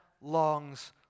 longs